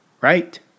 Right